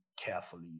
carefully